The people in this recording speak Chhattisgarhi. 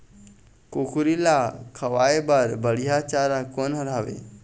कुकरी ला खवाए बर बढीया चारा कोन हर हावे?